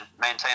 maintain